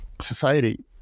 society